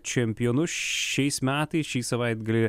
čempionu šiais metais šį savaitgalį